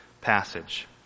passage